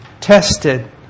tested